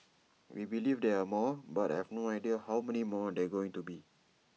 we believe there are more but I have no idea how many more there are going to be